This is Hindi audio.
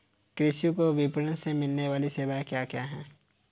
कृषि को विपणन से मिलने वाली सेवाएँ क्या क्या है